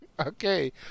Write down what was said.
Okay